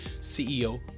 CEO